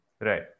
Right